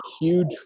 huge